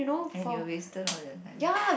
and you wasted all your time